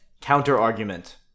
counter-argument